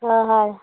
ह हय